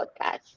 podcast